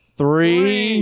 three